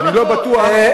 אני לא בטוח, לא נכון.